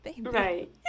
Right